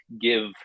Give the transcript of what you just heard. give